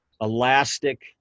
elastic